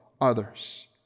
others